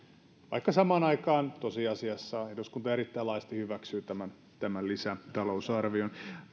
vaikka samaan aikaan tosiasiassa eduskunta erittäin laajasti hyväksyy tämän lisätalousarvion